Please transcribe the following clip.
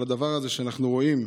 הדבר הזה שאנחנו רואים,